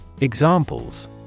Examples